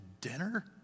dinner